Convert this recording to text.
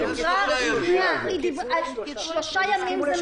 כן, שלושה ימים.